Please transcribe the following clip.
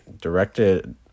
directed